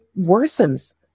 worsens